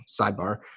sidebar